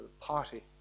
party